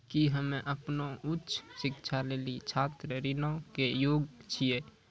कि हम्मे अपनो उच्च शिक्षा लेली छात्र ऋणो के योग्य छियै?